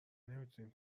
نمیتونیم